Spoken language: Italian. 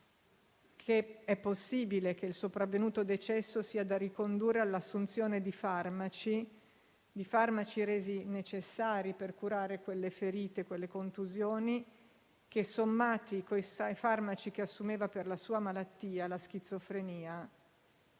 che è possibile che il sopravvenuto decesso sia da ricondurre all'assunzione di farmaci resi necessari per curare quelle ferite e contusioni, che, sommati ai farmaci che assumeva per la sua malattia (la schizofrenia),